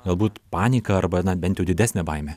galbūt panika arba na bent jau didesnė baimė